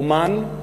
אמן,